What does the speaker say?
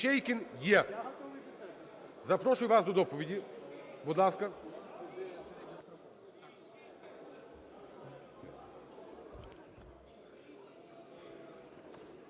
Іщейкін є, запрошую вас до доповіді, будь ласка.